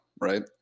right